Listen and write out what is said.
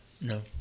No